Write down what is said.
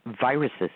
viruses